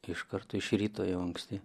iš karto iš ryto jau anksti